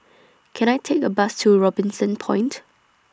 Can I Take A Bus to Robinson Point